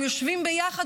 הם יושבים ביחד,